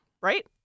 Right